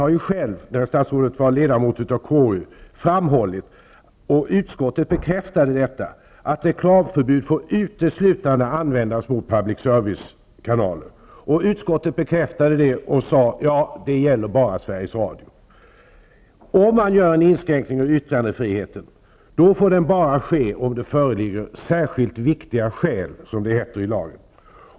När statsrådet var ledamot av KU framhöll hon, vilket utskottet bekräftade, att reklamförbud uteslutande får användas mot public service-kanaler. Utskottet uttalade då att reklamförbudet gällde bara Sveriges En inskränkning av yttrandefriheten får bara ske om det föreligger särskilt viktiga skäl, som det heter i lagen.